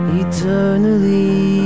eternally